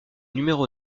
numéro